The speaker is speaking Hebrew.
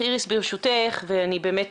כן